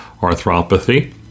arthropathy